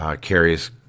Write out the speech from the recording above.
carries